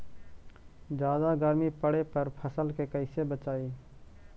जादा गर्मी पड़े पर फसल के कैसे बचाई?